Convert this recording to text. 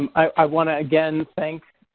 um i want to again thank